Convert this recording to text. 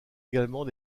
également